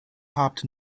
hopped